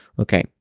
Okay